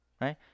right